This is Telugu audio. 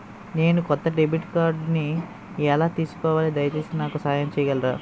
నేను కొత్త డెబిట్ కార్డ్ని ఎలా తీసుకోవాలి, దయచేసి నాకు సహాయం చేయగలరా?